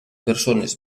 persones